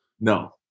No